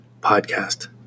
podcast